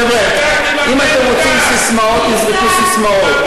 חבר'ה, אם אתם רוצים ססמאות, תזרקו ססמאות.